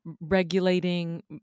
regulating